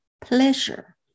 pleasure